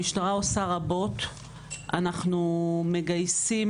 המשטרה עושה רבות אנחנו מגייסים,